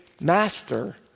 master